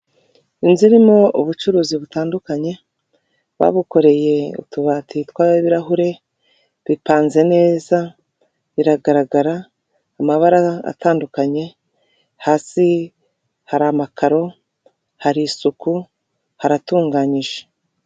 Inzu irimo ubucuruzi butandukanye babukoreye utubati twa ibirahure bipanze neza biragaragara amabara atandukanye, hasi hari amakaro, hari isuku, haratunganyije.